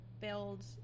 build